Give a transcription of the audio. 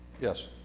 Yes